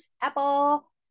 apple